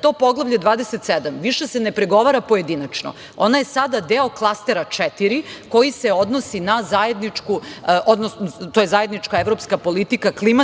To Poglavlje 27 više se ne pregovara pojedinačno. Ona je sada deo klastera četiri, koji se odnosi na zajedničku evropsku politiku klimatskih